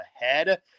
ahead